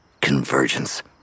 Convergence